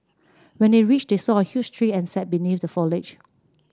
when they reached they saw a huge tree and sat beneath the foliage